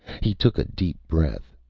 he took a deep breath.